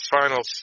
final